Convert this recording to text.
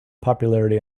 popularity